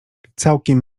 całkiem